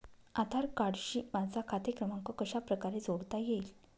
आधार कार्डशी माझा खाते क्रमांक कशाप्रकारे जोडता येईल?